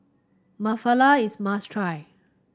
is must try